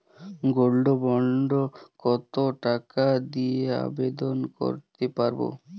Gold bond কত টাকা দিয়ে আবেদন করতে পারবো?